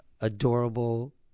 adorable